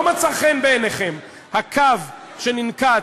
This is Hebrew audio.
לא מצא חן בעיניכם הקו שננקט.